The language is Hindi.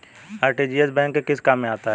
आर.टी.जी.एस बैंक के किस काम में आता है?